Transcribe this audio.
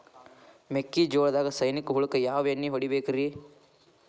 ಮೆಕ್ಕಿಜೋಳದಾಗ ಸೈನಿಕ ಹುಳಕ್ಕ ಯಾವ ಎಣ್ಣಿ ಹೊಡಿಬೇಕ್ರೇ?